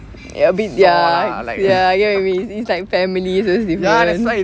salt lah like ya that's why